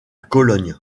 cologne